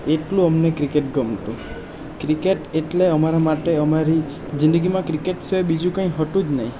એટલું અમને ક્રિકેટ ગમતું ક્રિકેટ એટલે અમારા માટે અમારી જિંદગીમાં ક્રિકેટ સિવાય બીજું કંઈ હતું જ નહીં